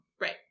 Right